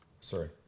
Sorry